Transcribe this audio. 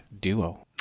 duo